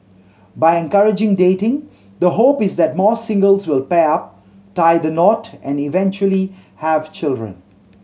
by encouraging dating the hope is that more singles will pair up tie the knot and eventually have children